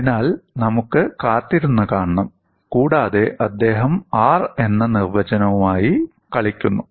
അതിനാൽ നമുക്ക് കാത്തിരുന്ന് കാണണം കൂടാതെ അദ്ദേഹം ആർ എന്ന നിർവചനവുമായി കളിക്കുന്നു